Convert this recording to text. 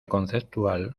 conceptual